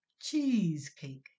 Cheesecake